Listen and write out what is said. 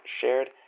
shared